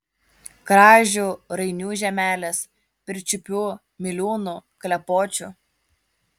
kražių rainių žemelės pirčiupių miliūnų klepočių